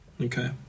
Okay